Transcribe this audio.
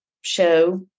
show